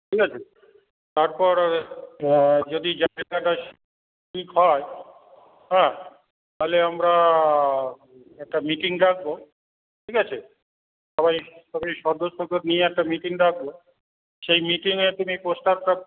ঠিক আছে তারপর যদি জায়গাটা ঠিক হয় হ্যাঁ তাহলে আমরা একটা মিটিং ডাকবো ঠিক আছে সবাই সবাই সদস্যদের নিয়ে একটা মিটিং ডাকবো সেই মিটিংয়ে তুমি প্রস্তাবটা